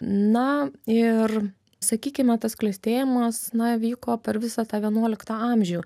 na ir sakykime tas klestėjimas na vyko per visą tą vienuoliktą amžių